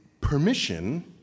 permission